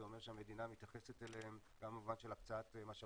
זה אומר שהמדינה מתייחסת אליהם גם במובן של הקצאת משאבים,